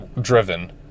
driven